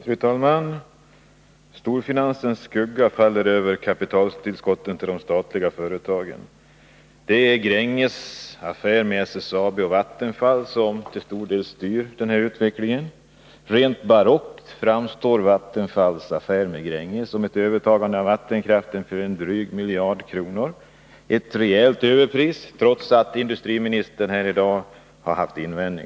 Fru talman! Storfinansens skugga faller över kapitaltillskotten till de statliga företagen. Det är Gränges som med sina affärer med SSAB och Vattenfall till stor del styr utvecklingen. Som rent barock framstår Vattenfalls affär med Gränges — trots industriministerns invändningar här i dag— om övertagande av vattenkraften för en dryg miljard kronor -— ett rejält överpris.